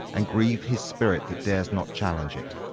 and grieve his spirit that dares not challenge it.